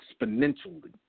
exponentially